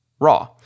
RAW